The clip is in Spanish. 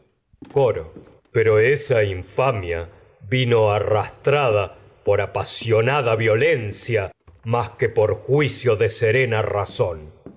coro pero infamia arrastrada por apa sionada violencia más que por juicio de serena razón